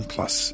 Plus